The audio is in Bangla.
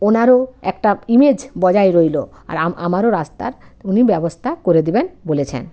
ওনারও একটা ইমেজ বজায় রইলো আর আমারও রাস্তার উনি ব্যবস্থা করে দিবেন বলেছেন